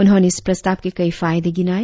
उन्होंने इस प्रस्ताव के कई फायदे गिनाए